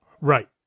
Right